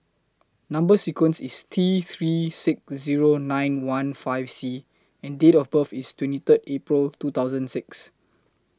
Number sequence IS T three six Zero nine one five C and Date of birth IS twenty three April two thousand six